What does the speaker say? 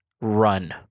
run